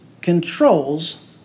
controls